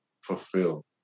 fulfill